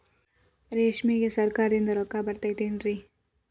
ರೇಷ್ಮೆಗೆ ಸರಕಾರದಿಂದ ರೊಕ್ಕ ಬರತೈತೇನ್ರಿ?